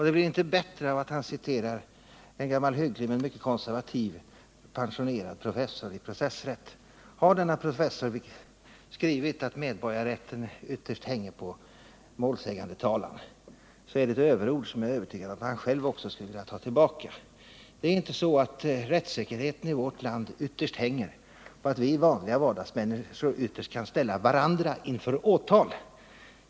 Det blir inte bättre av att han citerar en gammal hygglig men mycket konservativ pensionerad professor i processrätt. Har denne professor skrivit att medborgarrätten ytterst hänger på målsägandetalan så är det överord som jag är övertygad om att han själv skulle vilja ta tillbaka. Det är inte så att rättssäkerheten i vårt land ytterst hänger på att vi vanliga vardagsmänniskor kan ställa varandra inför åtal.